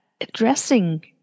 addressing